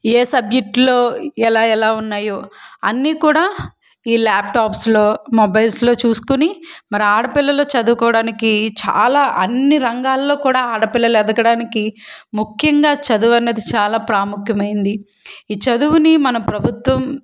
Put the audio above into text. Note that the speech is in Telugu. ఏ సబ్జెక్టుల్లో ఎలా ఎలా ఉన్నాయో అన్నీ కూడా ఈ ల్యాప్టాప్స్లో మొబైల్స్లో చూసుకుని మరి ఆడపిల్లలు చదువుకోవడానికి చాలా అన్ని రంగాల్లో కూడా ఆడపిల్లలు ఎదగడానికి ముఖ్యంగా చదువన్నది చాలా ప్రాముఖ్యమైంది ఈ చదువుని మన ప్రభుత్వం